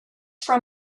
from